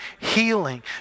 healing